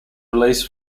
release